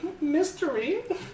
Mystery